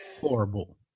horrible